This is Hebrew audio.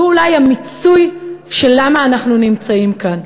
שהוא אולי המיצוי של למה אנחנו נמצאים כאן.